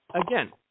again